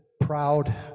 proud